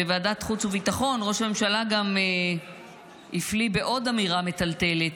בוועדת החוץ והביטחון ראש הממשלה הפליא בעוד אמירה מטלטלת